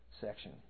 section